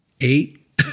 eight